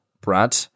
Brad